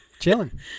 chilling